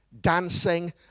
dancing